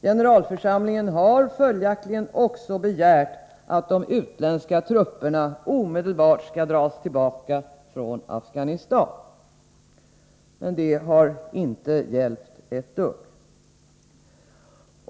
Generalförsamlingen har följaktligen också begärt att de utländska trupperna omedelbart skall dras tillbaka från Afghanistaz.. Men det har inte hjälpt ett dugg.